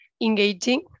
engaging